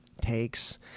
takes